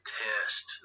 test